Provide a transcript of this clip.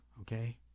okay